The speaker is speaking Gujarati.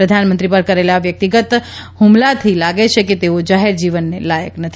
પ્રધાનમંત્રી પર કરેલા વ્યક્તિગતન હુમલાથી લાગે છે કે તેઓ જાહેરજીવનને લાયક નથી